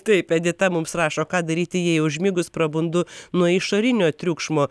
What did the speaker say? taip edita mums rašo ką daryti jei užmigus prabundu nuo išorinio triukšmo